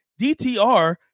DTR